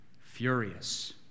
furious